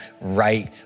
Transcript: right